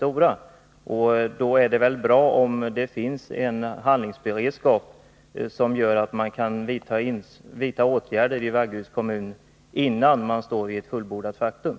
Mot denna bakgrund vill jag fråga: Är regeringen beredd att öka sin insats i rekonstruktionen av Lesjöfors AB, med hänsyn till de svårigheter som kan föreligga för de anställda och de berörda kommunerna att teckna erforderligt kapital?